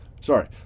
Sorry